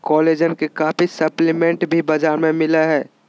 collagen के काफी supplement भी बाजार में मिल हइ